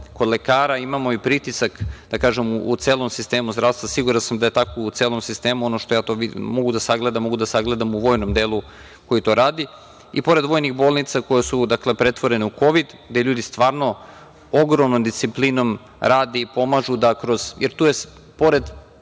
kod lekara, imamo i pritisak u celom sistemu zdravstva. Siguran sam da je tako u celom sistemu, ono što ja mogu da sagledam, mogu da sagledam u vojnom delu koji to radi.I pored vojnih bolnica koje su pretvorene u Kovid gde ljudi stvarno ogromnom disciplinom rade i pomažu da kroz,